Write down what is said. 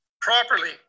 properly